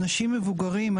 אנשים מבוגרים,